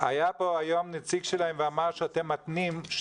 היה פה היום נציג שלהם ואמר שאתם מתנים,